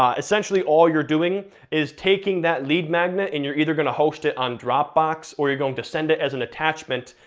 um essentially all you're doing is taking that lead magnet, and you're either gonna host it on dropbox, or you're going to send it as an attachment,